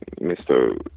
Mr